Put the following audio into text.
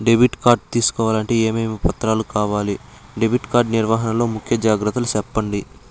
Debit card తీసుకోవాలంటే ఏమేమి పత్రాలు కావాలి? డెబిట్ కార్డు నిర్వహణ లో ముఖ్య జాగ్రత్తలు సెప్పండి?